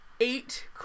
eight